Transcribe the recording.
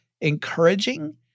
encouraging